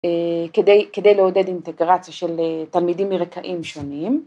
כדי לעודד אינטגרציה של תלמידים מרקעים שונים.